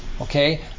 Okay